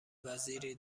وزیری